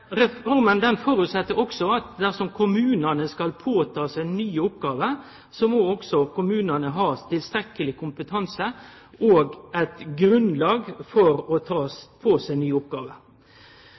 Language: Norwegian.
også at dersom kommunane skal ta på seg nye oppgåver, må kommunane ha tilstrekkeleg kompetanse – og eit grunnlag for å ta